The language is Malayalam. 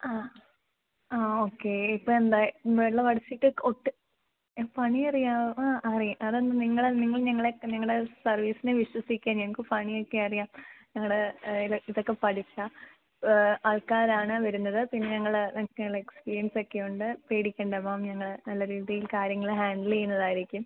ആ ആ ഓക്കെ ഇപ്പം എന്തായി വെള്ളമടിച്ചിട്ട് ഒട്ടും പണി അറിയാമോ ആ അറിയാം അതൊന്നും നിങ്ങൾ നിങ്ങൾ ഞങ്ങളെ ഞങ്ങളുടെ സർവീസിനെ വിശ്വസിക്കുക ഞങ്ങൾക്ക് പണിയൊക്കെ അറിയാം ഞങ്ങളുടെ ഇത് ഇതൊക്കെ പഠിച്ച ആൾക്കാരാണ് വരുന്നത് പിന്നെ ഞങ്ങൾ ഞങ്ങൾക്ക് നല്ല എക്സ്പീരിയൻസെക്കെ ഉണ്ട് പേടിക്കേണ്ട മാം ഞങ്ങൾ നല്ല രീതിയിൽ കാര്യങ്ങൾ ഹാൻഡിൽ ചെയ്യുന്നതായിരിക്കും